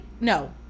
No